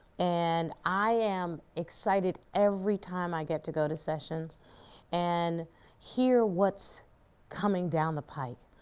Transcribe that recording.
and i am excited every time i get to go to sessions and hear what's coming down the pipe,